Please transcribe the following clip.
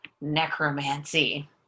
necromancy